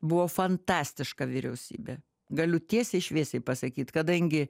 buvo fantastiška vyriausybė galiu tiesiai šviesiai pasakyt kadangi